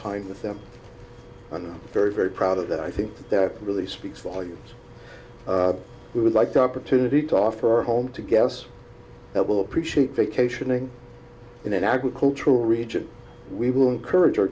time with them and very very proud of that i think that really speaks volumes who would like the opportunity to offer a home to gas that will appreciate vacationing in an agricultural region we will encourage our